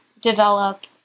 develop